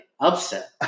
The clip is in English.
upset